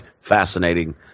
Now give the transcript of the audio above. fascinating